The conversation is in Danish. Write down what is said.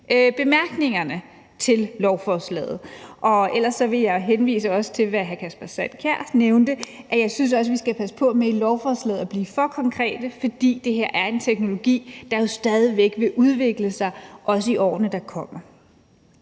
bemærkningerne til lovforslaget. Ellers vil jeg også henvise til, hvad hr. Kasper Sand Kjær nævnte, og jeg synes også, at vi skal passe på med at blive for konkrete i lovforslaget, for det her er en teknologi, der jo stadig væk vil udvikle sig, også i årene, der kommer.